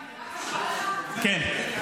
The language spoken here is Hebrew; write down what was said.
תקשיבי, זה חשוב.